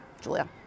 Julia